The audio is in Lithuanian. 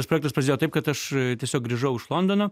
tas projektas prasidėjo taip kad aš tiesiog grįžau iš londono